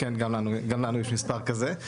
כן גם לנו יש מספר כזה.